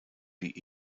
wie